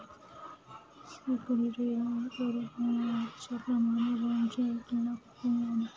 security करून मला आजच्याप्रमाणे बाँडचे एक लाख रुपये मिळाले